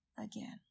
again